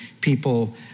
people